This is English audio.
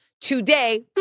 today